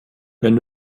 wenn